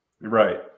Right